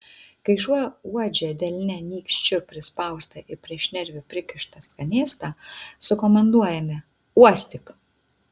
kai šuo uodžia delne nykščiu prispaustą ir prie šnervių prikištą skanėstą sukomanduojame uostyk